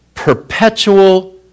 perpetual